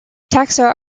taxa